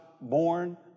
born